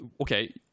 okay